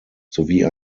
sowie